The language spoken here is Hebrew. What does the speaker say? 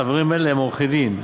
חברים אלה הם עורכי-דין,